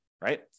right